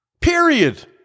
period